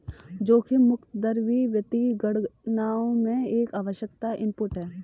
जोखिम मुक्त दर भी वित्तीय गणनाओं में एक आवश्यक इनपुट है